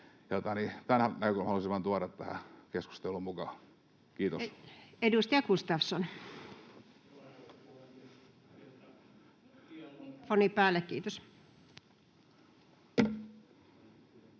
halusin vain tuoda tähän keskusteluun mukaan. — Kiitos.